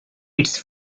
its